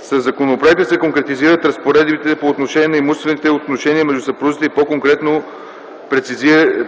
Със законопроекта се конкретизират разпоредбите по отношение на имуществените отношения между съпрузите и по-конкретно -